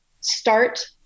start